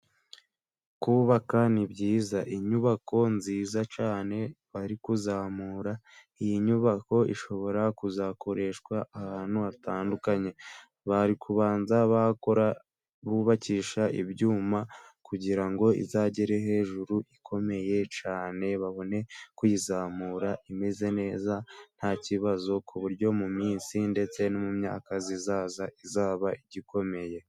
Kubaka ni byiza inyubako nziza cyane bari kuzamura, iyi nyubako ishobora kuzakoreshwa ahantu hatandukanye. Bari kubanza bakora bubakisha ibyuma kugira ngo izagere hejuru ikomeye cyane babone kwiyizamura imeze neza nta kibazo ku buryo mu minsi ndetse no mu myaka izaza izaba igikomeye.